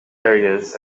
areas